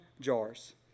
jars